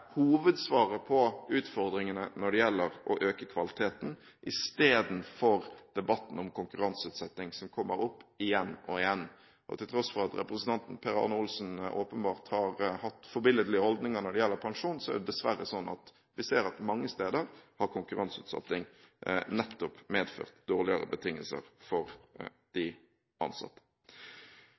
hovedsvaret på utfordringene når det gjelder å øke kvaliteten, istedenfor debatten om konkurranseutsetting, som kommer opp igjen og igjen. Til tross for at representanten Per Arne Olsen åpenbart har hatt forbilledlige ordninger når det gjelder pensjon, ser vi dessverre mange steder at konkurranseutsetting nettopp har medført dårligere betingelser for de ansatte.